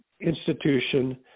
institution